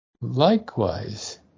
likewise